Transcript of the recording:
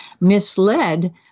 misled